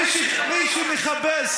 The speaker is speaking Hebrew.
מי שמחפש